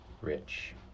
rich